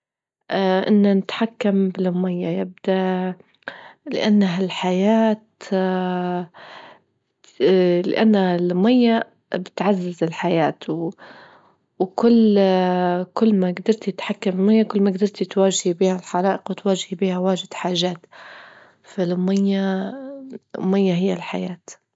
إن نتحكم بالمية يبدأ، لأنها الحياة لأن المية بتعزز الحياة، وكل كل ما جدرتي تتحكمي بالمية، كل ما تواجهي بها الحرائق، وتواجهي بها واجد حاجات، فالمية- المية هي الحياة.